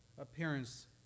appearance